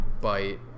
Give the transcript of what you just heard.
bite